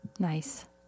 Nice